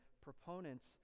proponents